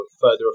further